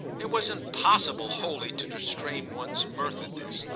it was impossible wholly to restrain one's mirth at this,